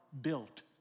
built